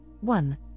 one